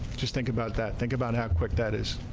just think about that think about how quick that is.